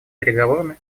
переговорами